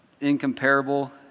incomparable